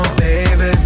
baby